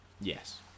yes